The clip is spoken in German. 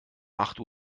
acht